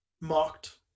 mocked